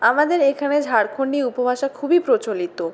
আমাদের এখানে ঝাড়খণ্ডী উপভাষা খুবই প্রচলিত